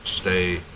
stay